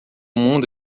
mundo